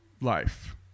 life